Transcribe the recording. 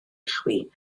chwi